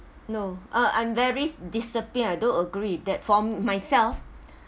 no uh I'm very disappear I don't agree with that for myself